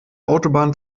autobahn